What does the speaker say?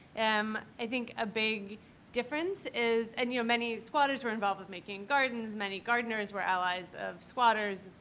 um i think a big difference is, and, you know, many squatters were involved with making gardens, many gardeners were allies of squatters,